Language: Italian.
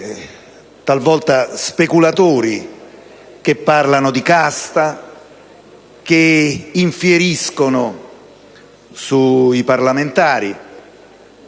talvolta speculatori, che parlano di casta, che infieriscono sui parlamentari.